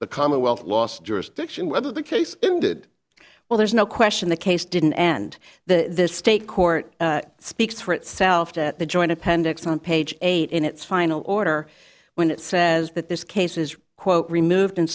the commonwealth lost jurisdiction whether the case ended well there's no question the case didn't end the state court speaks for itself that the joint appendix on page eight in its final order when it says that this case is quote removed and